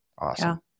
Awesome